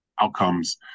outcomes